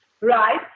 right